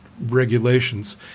regulations